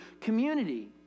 community